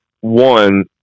One